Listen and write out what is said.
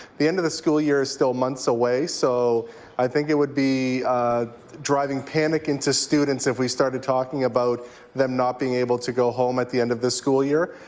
the end of the school year is still months away so i think it would be driving panic into students if we started talking about them not being able go home at the end of the school year.